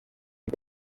ngo